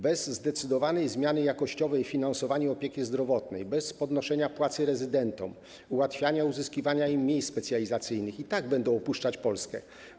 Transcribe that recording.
Bez zdecydowanej zmiany jakościowej w finansowaniu opieki zdrowotnej, bez podnoszenia płacy rezydentom, bez ułatwiania im uzyskiwania miejsc specjalizacyjnych oni i tak będą opuszczać Polskę.